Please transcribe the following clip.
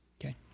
Okay